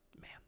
man